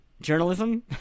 journalism